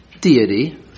deity